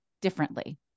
differently